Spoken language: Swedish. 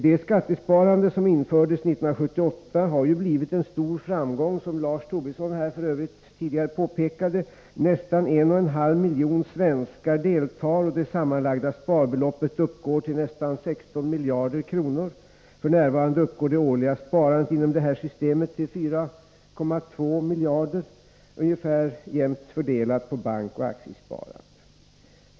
Det skattesparande som infördes 1978 har ju blivit en stor framgång, som f. ö. Lars Tobisson påpekade här tidigare. Nästan en och en halv miljon svenskar deltar, och det sammanlagda sparbeloppet uppgår till nästan 16 miljarder kronor. F. n. uppgår det årliga sparandet inom detta system till 4,2 miljarder, ungefär jämt fördelat på bankoch aktiesparandet.